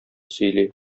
сөйли